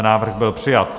Návrh byl přijat.